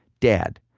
dad,